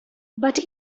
but